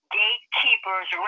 gatekeepers